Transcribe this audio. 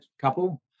couple